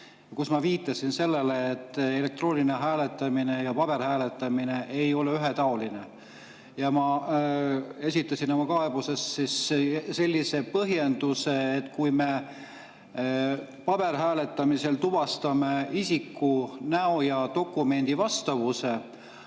Ma viitasin sellele, et elektrooniline hääletamine ja paberhääletamine ei ole ühetaolised. Ma esitasin oma kaebuses põhjenduse, et kui me paberhääletamisel tuvastame isiku näo ja dokumendi vastavuse,